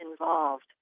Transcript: involved